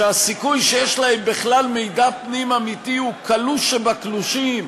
הסיכוי שיש להם בכלל מידע פנים אמיתי הוא קלוש שבקלושים,